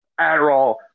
Adderall